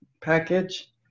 package